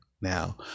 now